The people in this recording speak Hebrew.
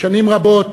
שנים רבות